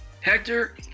Hector